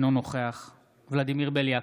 אינו נוכח ולדימיר בליאק,